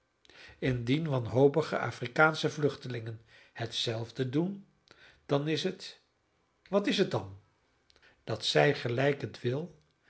indien wanhopige afrikaansche vluchtelingen hetzelfde doen dan is het wat is het dan dat zij gelijk het wil